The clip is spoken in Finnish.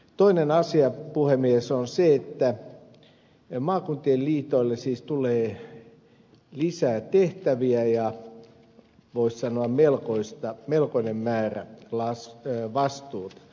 toinen asia puhemies on se että maakuntien liitoille siis tulee lisää tehtäviä ja voisi sanoa melkoinen määrä vastuuta